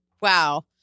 Wow